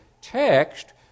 text